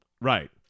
Right